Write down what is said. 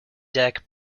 deck